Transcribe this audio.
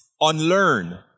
unlearn